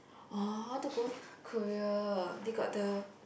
!wah! I want to go Korea they got the